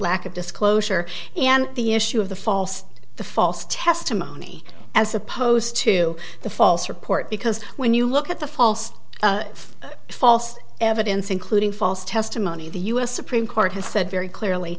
lack of disclosure and the issue of the false the false testimony as opposed to the false report because when you look at the false false evidence including false testimony the u s supreme court has said very clearly